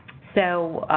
so,